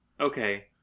okay